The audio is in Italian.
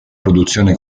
produzione